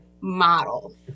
model